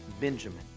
benjamin